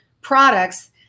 products